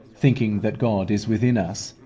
thinking that god is within us,